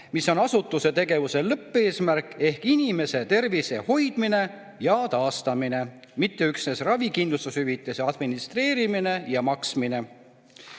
mis on asutuse tegevuse lõppeesmärk. See on inimeste tervise hoidmine ja taastamine, mitte üksnes ravikindlustushüvitise administreerimine ja maksmine.